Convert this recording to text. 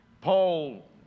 Paul